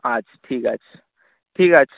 আচ্ছা ঠিক আছে ঠিক আছে